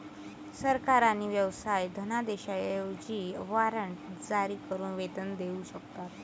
सरकार आणि व्यवसाय धनादेशांऐवजी वॉरंट जारी करून वेतन देऊ शकतात